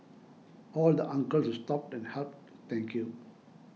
all the uncles who stopped and helped thank you